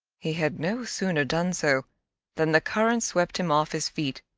he had no sooner done so than the current swept him off his feet.